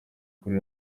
kuri